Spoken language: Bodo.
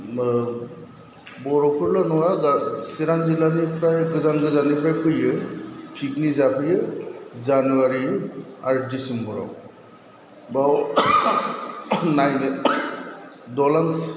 ओह बर'फोरल' नङा दा सिरां जिललानिफ्राय गोजान गोजाननिफ्राय फैयो फिकनिक जाफैयो जानुवारि आरो दिसेम्बराव बाव नायनो दलां